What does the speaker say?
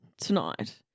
tonight